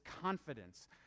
confidence